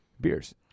Beers